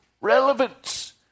relevance